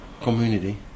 community